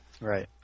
Right